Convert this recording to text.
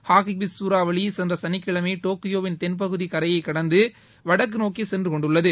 Hagibis சூறாவளி சென்ற சனிக்கிழமை டோக்கியோவின் தென்பகுதியில் கரையை கடந்து வடக்கு நோக்கி சென்றுகொண்டுள்ளது